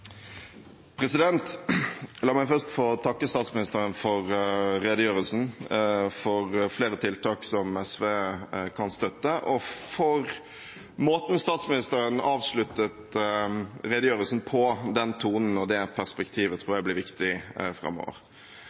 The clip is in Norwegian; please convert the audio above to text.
La meg først få takke statsministeren for redegjørelsen, for flere tiltak som SV kan støtte, og for måten statsministeren avsluttet redegjørelsen på. Den tonen og det perspektivet tror jeg blir viktig framover.